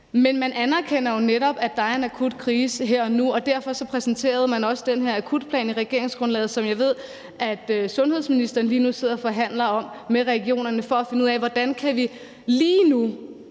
Men man anerkender jo netop, at der er en akut krise her og nu, og derfor præsenterede man også den her akutplan i regeringsgrundlaget, som jeg ved at sundhedsministeren lige nu sidder og forhandler om med regionerne for at finde ud af, hvordan vi lige